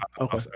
okay